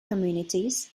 communities